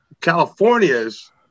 California's